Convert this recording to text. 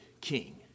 king